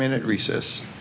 minute recess